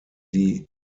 die